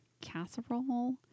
casserole